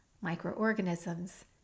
microorganisms